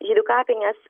žydų kapinės